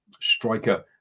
striker